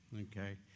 Okay